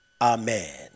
Amen